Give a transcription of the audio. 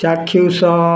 ଚାକ୍ଷୁଷ